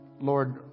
Lord